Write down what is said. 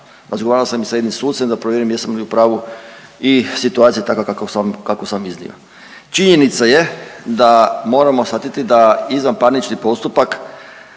razgovarao sam i sa jednim sucem da provjerim jesam li u pravu i situacija je takva kakvu sam vam, kakvu sam iznio. Činjenica je da moramo shvatiti da izvanparnični postupak